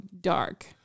dark